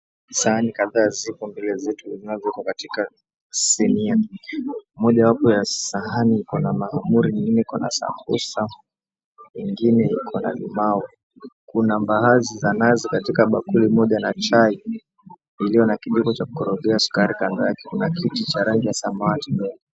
Sahani kadhaa zipo mbele zetu nazo zipo katika sinia mojawapo ya sahani iko na mahamri nyingine iko na sambusa ingine iko na limau, kuna mbaazi za nazi katika bakuli moja na chai iliyo na kijiko cha kukorogea sukari kando yake kuna kiti cha rangi ya samawati mbele.